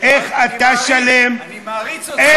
אני מעריץ אותך.